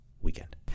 weekend